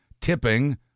tipping